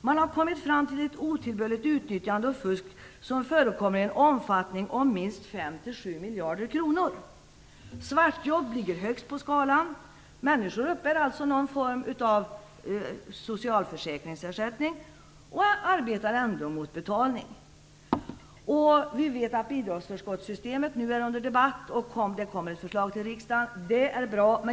Man har kommit fram till att otillbörligt utnyttjande och fusk förekommer i en omfattning som uppgår till minst 5-7 miljarder kronor! Svartjobb ligger högst upp på skalan. Människor uppbär alltså någon form av socialförsäkringsersättning och arbetar ändå mot betalning. Vi vet att bidragsförskottssytemet nu är under debatt och att ett förslag kommer till riksdagen. Det är bra.